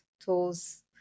tools